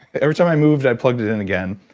every time i moved i plugged it in again.